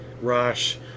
Rush